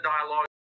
dialogue